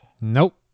Nope